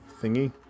thingy